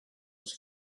was